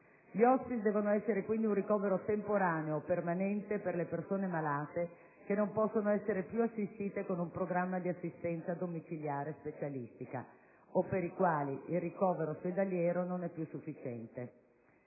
Gli *hospice* devono essere quindi un ricovero temporaneo o permanente per le persone malate che non possono essere più assistite con un programma di assistenza domiciliare specialistica o per le quali il ricovero ospedaliero non è più sufficiente.